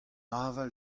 aval